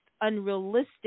unrealistic